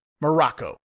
Morocco